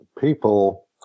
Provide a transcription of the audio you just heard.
people